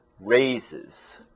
raises